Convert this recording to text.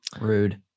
Rude